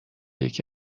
یکی